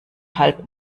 halb